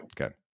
Okay